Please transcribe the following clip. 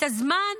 את הזמן